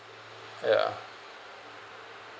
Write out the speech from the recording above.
ya